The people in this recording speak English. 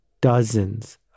dozens